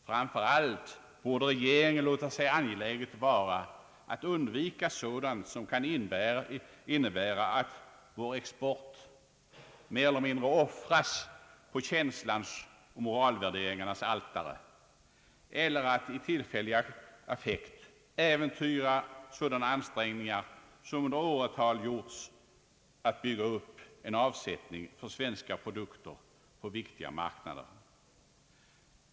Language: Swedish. Framför allt borde regeringen låta sig angeläget vara att undvika sådant som kan innebära att vår export mer eller mindre offras på känslans och moralvärderingarnas altare eller att i tillfällig affekt äventyra de ansträngningar som under åren har gjorts för att bygga upp en avsättning för svenska produkter på viktiga marknader.